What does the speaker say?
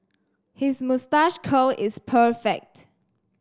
his moustache curl is perfect